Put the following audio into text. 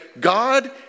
God